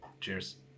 Cheers